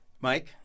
Mike